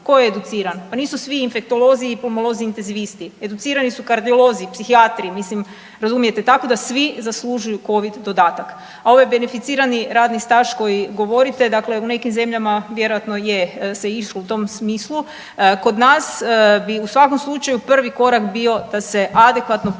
Tko je educiran? Pa nisu svi infektolozi i pulmolozi intenzivisti. Educirani su kardiolozi, psihijatri, mislim, razumijete? Tako da svi zaslužuju Covid dodatak, a ovaj beneficirani radni staž koji govorite, dakle u nekih zemljama vjerojatno je se išlo u tom smislu, kod nas bi u svakom slučaju prvi korak bio da se adekvatno plati